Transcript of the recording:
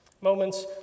Moments